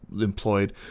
employed